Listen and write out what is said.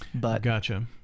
Gotcha